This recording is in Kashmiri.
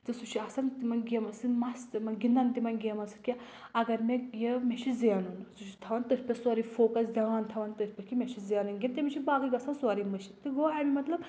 تہٕ سُہ چھُ آسن تِمَن گَیمَن سۭتۍ مَس تِمَن گِنٛدان تِمَن گَیمَن سۭتۍ کہِ اگر مےٚ یہِ مےٚ چھِ زَینُن سُہ چھُ تھاوان تٔتھۍ پَیٹھ سورُے فوکَس دِھان تھاوان تٔتھۍ پؠٹھ کہِ مےٚ چھِ زَینُن گِنٛد تٔمِس چھِ باقٕے گژھَان سورُے مُشِتھ تہٕ گوٚو اَمہِ مطلب